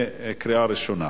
קריאה ראשונה.